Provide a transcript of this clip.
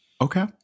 Okay